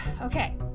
Okay